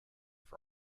for